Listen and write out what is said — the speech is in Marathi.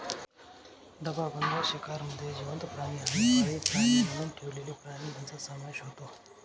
डबाबंद शिकारमध्ये जिवंत प्राणी आणि पाळीव प्राणी म्हणून ठेवलेले प्राणी यांचा समावेश होतो